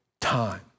time